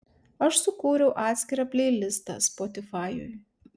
aš sukūriau atskirą pleilistą spotifajuj